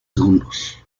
segundos